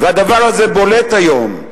והדבר הזה בולט היום.